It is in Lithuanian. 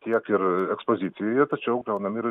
tiek ir ekspozicijoje tačiau gaunam ir